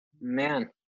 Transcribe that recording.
man